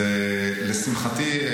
לשמחתי,